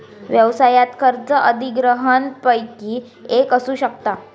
व्यवसायात खर्च अधिग्रहणपैकी एक असू शकता